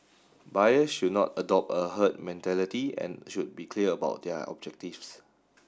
buyers should not adopt a herd mentality and should be clear about their objectives